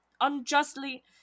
unjustly